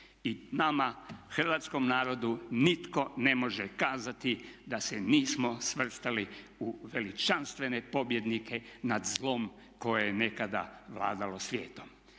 I nama hrvatskom narodu nitko ne može kazati da se nismo svrstali u veličanstvene pobjednike nad zlom koje je nekada vladalo svijetom.